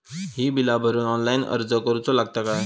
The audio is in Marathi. ही बीला भरूक ऑनलाइन अर्ज करूचो लागत काय?